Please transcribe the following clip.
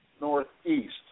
northeast